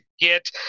get